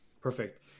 Perfect